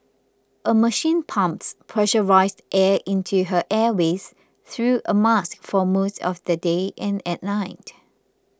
a machine pumps pressurised air into her airways through a mask for most of the day and at night